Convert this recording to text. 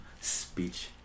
speech